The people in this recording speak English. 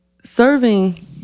serving